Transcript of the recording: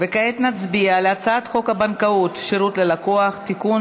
וכעת נצביע על הצעת חוק הבנקאות (שירות ללקוח) (תיקון,